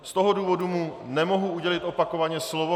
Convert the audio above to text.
Z toho důvodu mu nemohu udělit opakovaně slovo.